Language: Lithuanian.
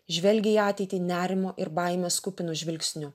žvelgia į ateitį nerimo ir baimės kupinu žvilgsniu